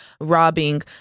robbing